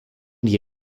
die